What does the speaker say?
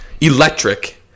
electric